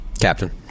Captain